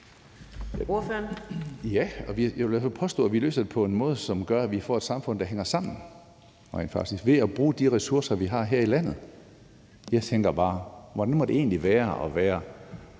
(SF): Ja, og jeg vil påstå, at vi løser det på en måde, som gør, at vi får et samfund, der rent faktisk hænger sammen, ved at bruge de ressourcer, vi har her i landet. Jeg tænker bare på, hvordan det egentlig må være at være